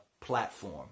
platform